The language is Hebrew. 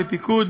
בפיקוד,